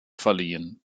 verliehen